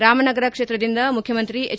ರಾಮನಗರ ಕ್ಷೇತ್ರದಿಂದ ಮುಖ್ಯಮಂತ್ರಿ ಎಚ್